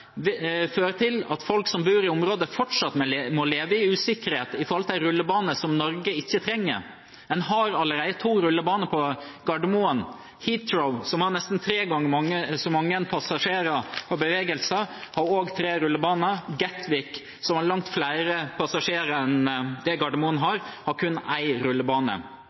Det fører til at folk som bor i området, fortsatt må leve i usikkerhet om en rullebane som Norge ikke trenger. En har allerede to rullebaner på Gardermoen. Heathrow, som har nesten tre ganger så mange passasjerer og bevegelser, har tre rullebaner. Gatwick, som har langt flere passasjerer enn det Gardermoen har, har kun én rullebane.